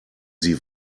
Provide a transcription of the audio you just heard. sie